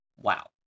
Wow